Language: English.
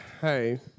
Hey